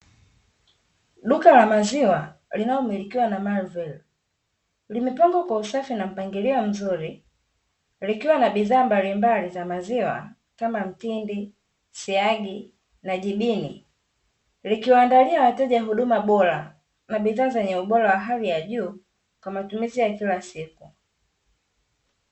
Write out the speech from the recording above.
Duka la maziwa linalomilikiwa na "MARVEL", limepangwa kwa usafi na mpangilio mzuri, likiwa na bidhaa mbalimbali za maziwa kama mtindi, siagi, na jibini. Likiwaandalia wateja huduma bora na bidhaa zenye ubora wa hali ya juu kwa matumizi ya kila siku.